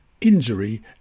injury